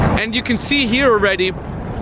and you can see here already,